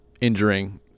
injuring